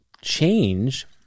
change